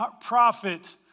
prophet